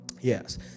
Yes